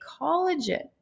collagen